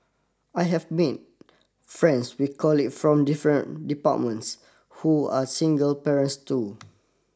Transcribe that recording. I have made friends with colleague from different departments who are single parents too